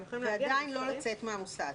ועדיין לא לצאת מן המוסד.